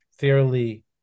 fairly